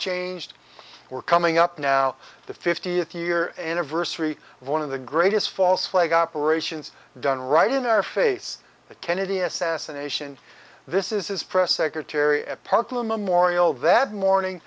changed we're coming up now the fiftieth year anniversary of one of the greatest false flag operations done right in our face the kennedy assassination this is his press secretary at parkland memorial that morning